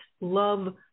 love